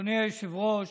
תודה רבה.